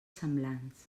semblants